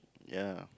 ya